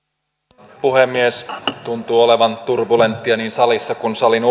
arvoisa puhemies tuntuu olevan turbulenttia niin salissa kuin salin